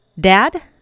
Dad